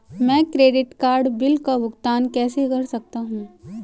मैं credit card bill का भुगतान कैसे कर सकता हूं?